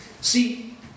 See